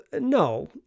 No